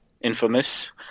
Infamous